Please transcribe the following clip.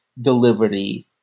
delivery